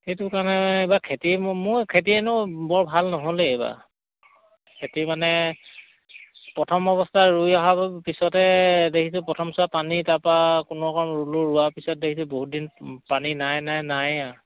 সেইটো কাৰণে এইবাৰ খেতি মোৰ মোৰ খেতি এনেও বৰ ভাল নহ'লেই এইবাৰ খেতি মানে প্ৰথম অৱস্থা ৰুই অহাৰ পিছতে দেখিছোঁ প্ৰথম পানী তাৰা পৰা কোনো ৰকম ৰুলো ৰোৱাৰ পিছত দেখিছোঁ বহুত দিন পানী নাই নাই নাই আৰু